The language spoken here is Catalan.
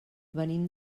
venim